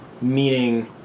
meaning